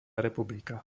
republika